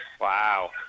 Wow